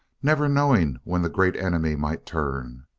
never knowing when the great enemy might turn.